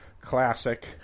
classic